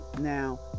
Now